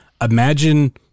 imagine